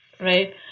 right